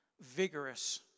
vigorous